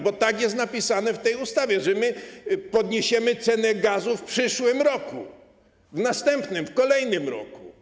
Bo tak jest napisane w tej ustawie: podniesiemy cenę gazu w przyszłym roku, w następnym, w kolejnym roku.